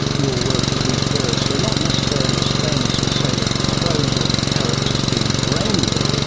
your work with these birds, who are not necessarily as famous as, say, the crows or the parrots as being brainy,